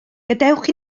gadewch